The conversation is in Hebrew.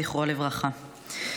זכרו לברכה.